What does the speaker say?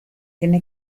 tiene